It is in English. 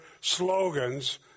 slogans